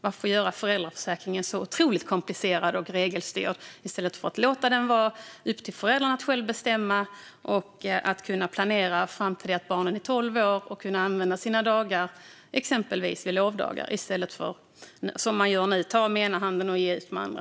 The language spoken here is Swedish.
Varför göra föräldraförsäkringen så otroligt komplicerad och regelstyrd? Låt det vara upp till föräldrarna att själva bestämma och planera fram till dess att barnen är tolv år så att de kan använda sina dagar vid exempelvis lovdagar i stället för att, som regeringen gör nu, ta med den ena handen och ge med den andra.